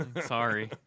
Sorry